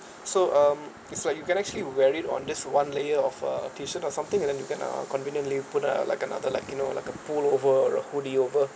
so um it's like you can actually wear it on this one layer of uh T-shirt or something and then you can uh conveniently put uh like another like you know like a pullover or a hoodie over